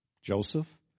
Joseph